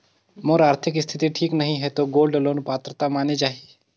मोर आरथिक स्थिति ठीक नहीं है तो गोल्ड लोन पात्रता माने जाहि?